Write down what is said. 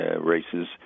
races